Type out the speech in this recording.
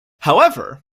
however